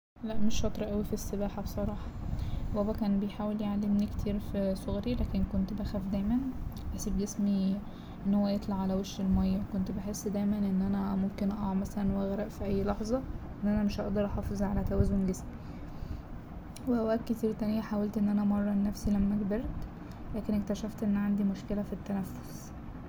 لأ مش شاطرة أوى في السباحة بصراحة بابا كان بيحاول يعلمني كتير في صغري لكن كنت بخاف دايما أسيب جسمي إن هو يطلع على وش المايه كنت بحس دايما إن أنا ممكن أقع مثلا وأغرق في أي لحظة وإن أنا مش هقدر أحافظ على توازن جسمي وأوقات كتير تانية حاولت إن أنا امرن نفسي لما كبرت لكن اكتشفت إن عندي مشكلة في التنفس.